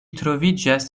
troviĝas